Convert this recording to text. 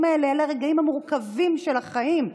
הרגעים האלה, אלה הרגעים המורכבים של החיים,